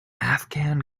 afghan